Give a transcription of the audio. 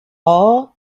all